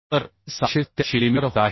तर हे 687 मिलीमीटर होत आहे